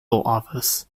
office